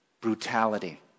Brutality